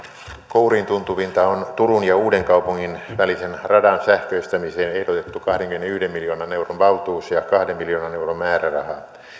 kouriintuntuvinta on turun ja uudenkaupungin välisen radan sähköistämiseen ehdotettu kahdenkymmenenyhden miljoonan euron valtuus ja kahden miljoonan euron määräraha